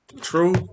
True